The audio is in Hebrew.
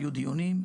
היו דיונים,